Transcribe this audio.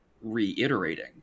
reiterating